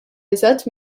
eżatt